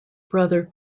brother